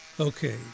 Okay